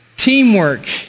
Teamwork